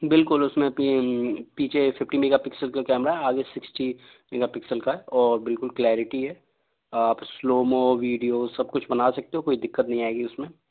बिल्कुल उसमें पीछे फ़िफ़्टी मेगापिक्सल का कैमरा है आगे सिक्सटीन मेगापिक्सल का है और बिल्कुल क्लैरिटी है आप स्लोमो वीडियो सब कुछ बना सकते हो कोई दिक़्क़त नहीं आएगी उसमें